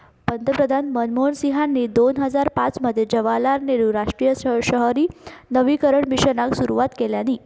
पंतप्रधान मनमोहन सिंहानी दोन हजार पाच मध्ये जवाहरलाल नेहरु राष्ट्रीय शहरी नवीकरण मिशनाक सुरवात केल्यानी